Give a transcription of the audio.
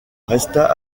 resta